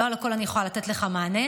לא על הכול אני יכולה לתת לך מענה,